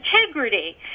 integrity